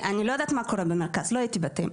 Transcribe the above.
אני לא יודעת מה קורה במרכז, לא הייתי בתאים.